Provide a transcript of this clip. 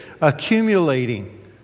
accumulating